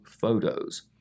Photos